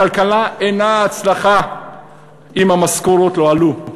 הכלכלה אינה הצלחה אם המשכורות לא עלו,